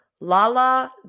Lala